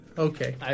Okay